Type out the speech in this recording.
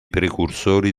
precursori